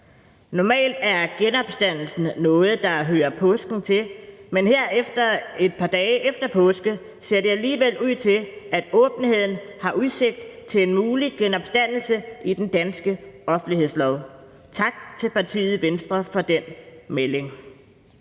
Normalt er genopstandelse noget, der hører påsken til, men her et par dage efter påske ser det alligevel ud til, at åbenheden har udsigt til en mulig genopstandelse i den danske offentlighedslov. Tak til partiet Venstre for den melding.